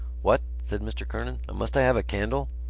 what? said mr. kernan. must i have a candle?